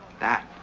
that.